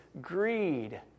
greed